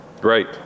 Great